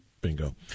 Bingo